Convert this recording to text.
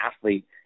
athlete